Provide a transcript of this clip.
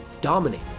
dominate